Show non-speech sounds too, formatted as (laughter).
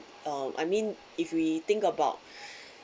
uh I mean if we think about (breath)